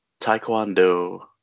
Taekwondo